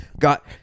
got